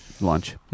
lunch